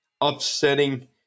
upsetting